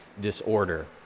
disorder